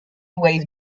wave